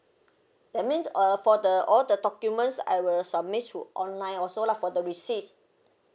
that mean uh for the all the documents I will submit through online also lah for the receipt